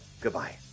Goodbye